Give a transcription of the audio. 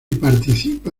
participa